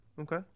okay